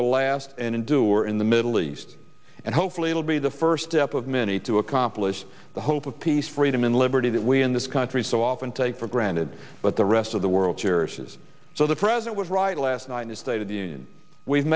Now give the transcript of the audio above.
will last and endure in the middle east and hopefully will be the first step of many to accomplish the hope of peace freedom and liberty that we in this country so often take for granted but the rest of the world cherishes so the president was right last night in his state of the union we've